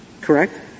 correct